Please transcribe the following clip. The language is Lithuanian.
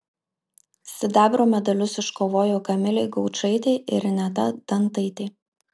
sidabro medalius iškovojo kamilė gaučaitė ir ineta dantaitė